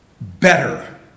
better